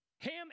Ham